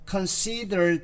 Consider